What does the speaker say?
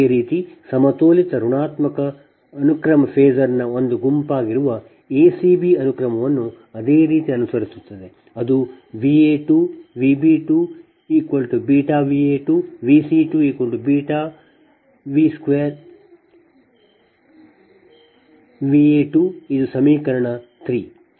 ಅದೇ ರೀತಿ ಸಮತೋಲಿತ ಋಣಾತ್ಮಕ ಅನುಕ್ರಮ ಫೇಸರ್ನ ಒಂದು ಗುಂಪಾಗಿರುವ ಎಸಿಬಿ ಅನುಕ್ರಮವನ್ನು ಅದೇ ರೀತಿ ಅನುಸರಿಸುತ್ತದೆ ಅದುVa2 Vb2 β Va2 Vc2 β V 2 Va2 ಇದು ಸಮೀಕರಣ 3